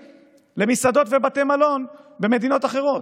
למסעדות ובתי מלון במדינות אחרות.